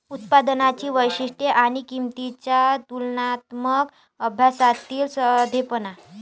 उत्पादनांची वैशिष्ट्ये आणि किंमतींच्या तुलनात्मक अभ्यासातील साधेपणा